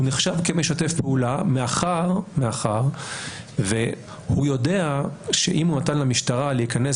הוא נחשב כמשתף פעולה מאחר שהוא יודע שאם הוא נתן למשטרה להיכנס